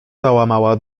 załamała